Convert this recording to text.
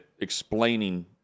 explaining